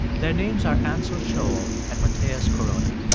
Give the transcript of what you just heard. their names are ansel schoal and mateus corona,